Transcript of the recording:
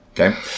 Okay